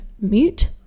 mute